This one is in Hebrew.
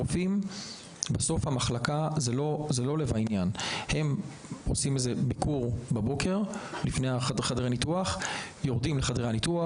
הרופאים במחלקה עושים איזה ביקור בבוקר ואז יורדים לחדרי הניתוח.